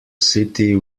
city